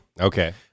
Okay